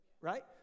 Right